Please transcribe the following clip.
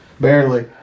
barely